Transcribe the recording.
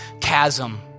chasm